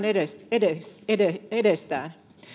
heidän edestään